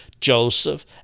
Joseph